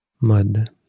mud